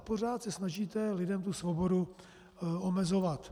Pořád se snažíte lidem tu svobodu omezovat.